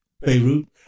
Beirut